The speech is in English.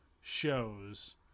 shows